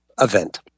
event